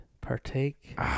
partake